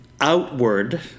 outward